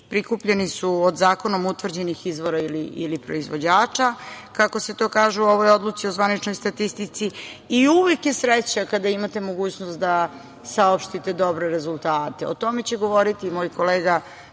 prikupljeni od zakonom utvrđenih izvora ili proizvođača, kako se to kaže u ovoj Odluci o zvaničnoj statistici, i uvek je sreća kada imate mogućnost da saopštite dobre rezultate. O tome će govoriti moj kolega